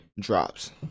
drops